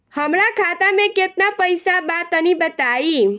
हमरा खाता मे केतना पईसा बा तनि बताईं?